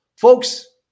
Folks